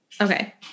Okay